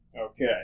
Okay